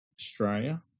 Australia